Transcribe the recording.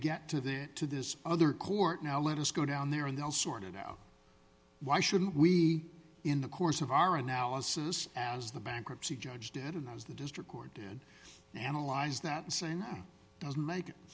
get to that to this other court now let us go down there and they'll sort it out why shouldn't we in the course of our analysis as the bankruptcy judge did and i was the district court did analyze that saying doesn't make it